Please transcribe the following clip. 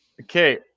Okay